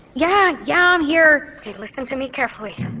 yeah, yeah i'm here okay listen to me carefully.